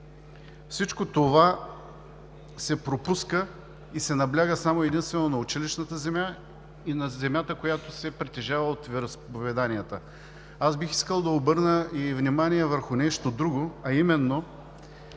Всичко това се пропуска и се набляга само и единствено на училищната земя и на земята, която се притежава от вероизповеданията. Бих искал да обърна внимание и върху нещо друго, а именно,